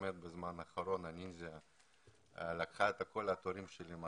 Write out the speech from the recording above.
באמת בזמן האחרון הנינג'ה לקחה את כל התארים בהם